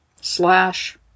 slash